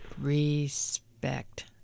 Respect